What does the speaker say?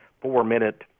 four-minute